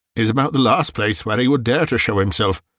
is about the last place where he would dare to show himself.